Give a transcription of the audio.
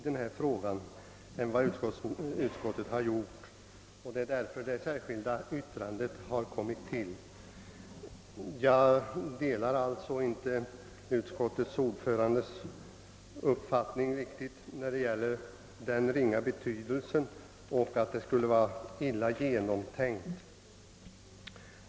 Detta är skälet till det särskilda yttrandet. Jag delar alltså inte helt utskottsordförandens mening om frågans ringa betydelse eller att motionen skulle vara illa genomtänkt.